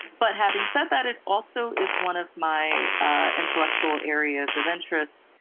but having said that, it also is one of my intellectual areas of interest.